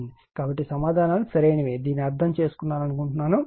కాబట్టి సమాధానాలు సరైనవి దీనిని అర్థం చేసుకున్నారు